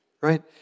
right